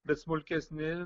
bet smulkesni